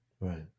Right